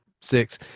six